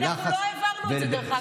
אנחנו לא העברנו את זה, דרך אגב.